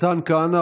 מתן כהנא,